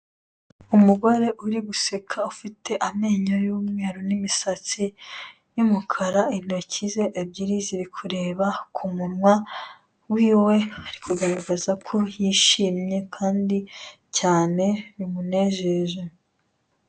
Umugore uri guseka ufite amenyo y'umweru n'imisatsi y'umukara, intoki ze ebyiri ziri kureba ku munwa w'iwe, ari kugaragaza ko yishimye kandi cyane bimunejeje.